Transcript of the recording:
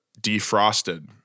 defrosted